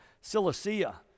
Cilicia